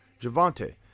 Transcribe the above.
Javante